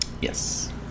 Yes